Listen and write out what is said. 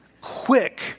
quick